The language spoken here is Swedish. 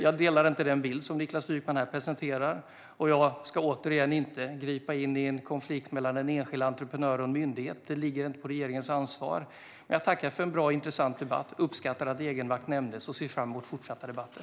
Jag delar inte den bild som Niklas Wykman presenterar här. Återigen ska jag inte gripa in i en konflikt mellan en enskild entreprenör och en myndighet. Det ligger inte på regeringens ansvar. Jag tackar för en bra och intressant debatt. Jag uppskattar att begreppet egenmakt nämndes, och jag ser fram emot fortsatta debatter.